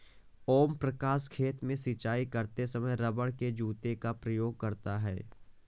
ओम प्रकाश खेत में सिंचाई करते समय रबड़ के जूते का उपयोग करता है